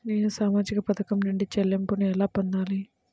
నేను సామాజిక పథకం నుండి చెల్లింపును ఎలా పొందాలి?